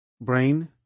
Brain